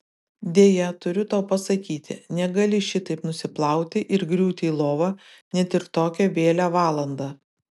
deja turiu tau pasakyti negali šitaip nusiplauti ir griūti į lovą net ir tokią vėlią valandą